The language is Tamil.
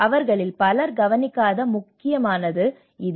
அவர்களில் பலர் கவனிக்காத மிக முக்கியமானது இது